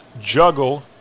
juggle